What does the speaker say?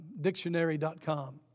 dictionary.com